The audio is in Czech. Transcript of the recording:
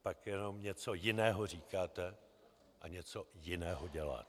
Pak jenom něco jiného říkáte a něco jiného děláte.